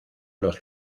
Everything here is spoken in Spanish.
los